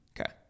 Okay